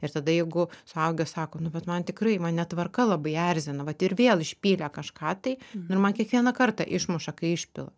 ir tada jeigu suaugęs sako nu bet man tikrai man netvarka labai erzina vat ir vėl išpylė kažką tai nu ir man kiekvieną kartą išmuša kai išpila